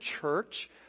church